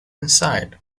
inside